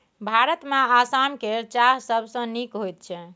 भारतमे आसाम केर चाह सबसँ नीक होइत छै